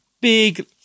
big